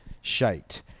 shite